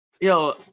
Yo